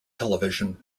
television